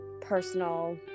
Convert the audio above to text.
personal